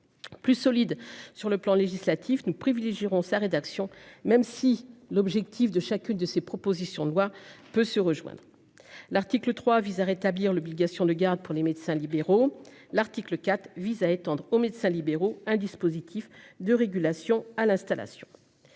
Plus solide sur le plan législatif, nous privilégierons sa rédaction. Même si l'objectif de chacune de ces propositions de loi peut se rejoindre. L'article 3, vise à rétablir l'obligation de garde pour les médecins libéraux. L'article 4 vise à étendre aux médecins libéraux, un dispositif de régulation à l'installation.